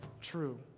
true